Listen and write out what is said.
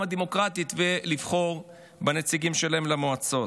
הדמוקרטית ולבחור בנציגים שלהם למועצות.